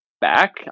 back